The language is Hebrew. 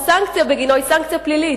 הסנקציה בגינו היא סנקציה פלילית.